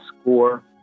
score